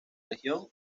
región